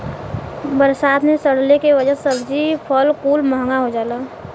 बरसात मे सड़ले के वजह से सब्जी फल कुल महंगा हो जाला